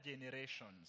generations